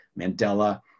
Mandela